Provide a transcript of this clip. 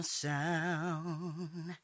sound